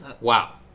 Wow